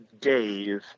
Dave